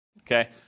okay